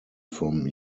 from